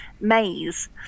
maze